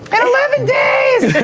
and eleven days.